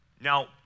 Now